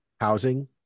housing